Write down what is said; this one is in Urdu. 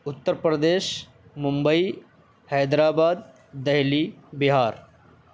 اتر پردیش ممبئی حیدر آباد دلی بہار